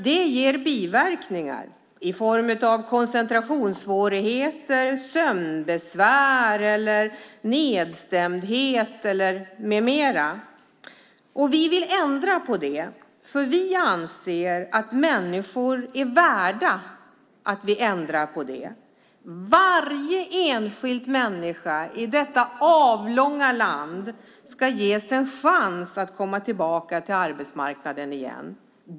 Det ger biverkningar i form av koncentrationssvårigheter, sömnbesvär, nedstämdhet med mera. Vi vill ändra på det, för vi anser att människor är värda att vi ändrar på det. Varje enskild människa i detta avlånga land ska ges en chans att komma tillbaka till arbetsmarknaden.